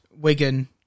Wigan